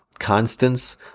constants